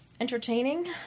entertaining